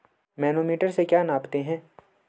Manometer से क्या नापते हैं?